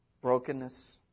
brokenness